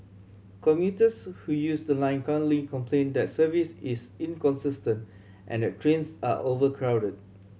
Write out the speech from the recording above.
commuters who use the line currently complain that service is inconsistent and that trains are overcrowded